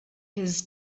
his